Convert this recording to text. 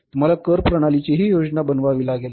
तुम्हाला करप्रणालीचीही योजना बनवावी लागेल